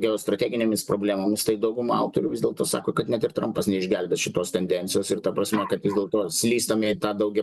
geostrateginėmis problemomis tai dauguma autorių vis dėlto sako kad net ir trampas neišgelbės šitos tendencijos ir ta prasme kad vis dėlto slystame į tą daugia